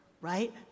right